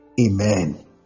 Amen